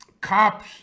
cops